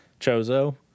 Chozo